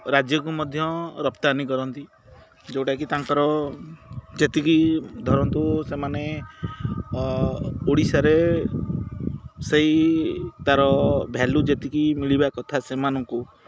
ରାଜ୍ୟକୁ ମଧ୍ୟ ରପ୍ତାନି କରନ୍ତି ଯେଉଁଟାକି ତାଙ୍କର ଯେତିକି ଧରନ୍ତୁ ସେମାନେ ଓଡ଼ିଶାରେ ସେଇ ତାର ଭ୍ୟାଲୁ ଯେତିକି ମିଳିବା କଥା ସେମାନଙ୍କୁ